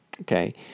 Okay